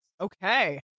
Okay